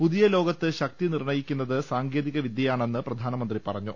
പുതിയലോകത്ത് ശക്തി നിർണയിക്കുന്നത് സാങ്കേതിക വിദ്യ യാണെന്നും പ്രധാനമന്ത്രി പറഞ്ഞു